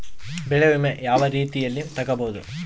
ಬೆಳೆ ವಿಮೆ ಯಾವ ರೇತಿಯಲ್ಲಿ ತಗಬಹುದು?